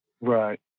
Right